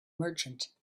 merchant